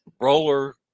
roller